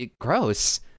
gross